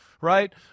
Right